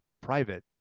private